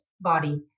body